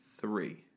three